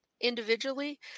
individually